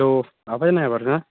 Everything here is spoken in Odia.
ହ୍ୟାଲୋ ଆବାଜ୍ ନାଇଁ ଆଏବାର୍ କେଁ